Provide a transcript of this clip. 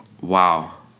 wow